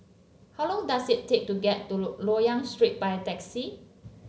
how long does it take to get to Loyang Street by taxi